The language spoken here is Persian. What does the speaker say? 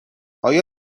آیا